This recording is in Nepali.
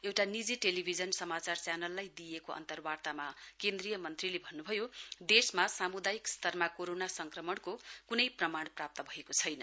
एउटा निजी टेलिभिजन समाचार च्यानललाई दिइएको अन्तर्वार्तामा केन्द्रीय मन्त्रीले भन्नु भयो देशमा सामुदायिक स्तरमा कोरोना संक्रमणको क्नै प्रमाण प्राप्त भएको छैन